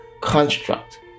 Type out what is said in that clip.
construct